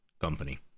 company